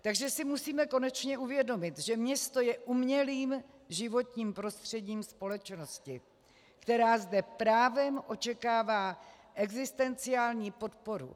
Takže si musíme konečně uvědomit, že město je umělým životním prostředím společnosti, která zde právem očekává existenciální podporu.